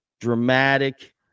dramatic